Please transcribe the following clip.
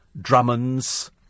Drummonds